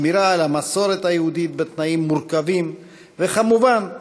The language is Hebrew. שמירה על המסורת היהודית בתנאים מורכבים, וכמובן,